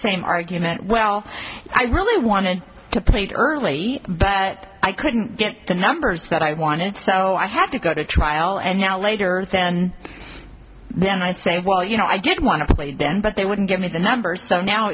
same argument well i really wanted to played early but i couldn't get the numbers that i wanted so i have to go to trial and now later and then i say well you know i did want to play then but they wouldn't give me the numbers so now